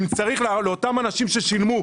אם צריך להחזיר כסף לאותם אנשים ששילמו,